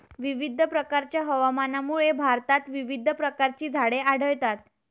विविध प्रकारच्या हवामानामुळे भारतात विविध प्रकारची झाडे आढळतात